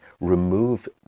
remove